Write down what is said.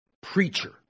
preacher